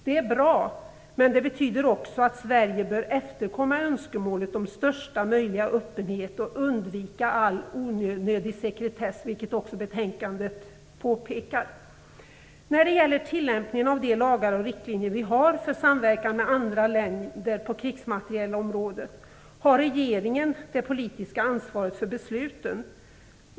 Det är bra, men det betyder också att Sverige bör efterkomma önskemålet om största möjliga öppenhet och undvika all onödig sekretess, vilket också påpekas i betänkandet. Beträffande tillämpningen av de lagar och riktlinjer som vi har för samverkan med andra länder på krigsmaterielområdet har regeringen det politiska ansvaret för besluten.